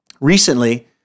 Recently